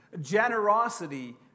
generosity